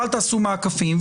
ואל תעשו מעקפים,